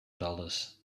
dollars